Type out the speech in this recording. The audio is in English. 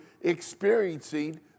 experiencing